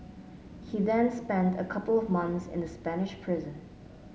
he then spent a couple of months in a Spanish prison